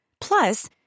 Plus